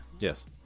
Yes